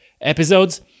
episodes